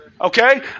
okay